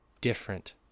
different